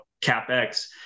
CapEx